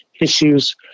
issues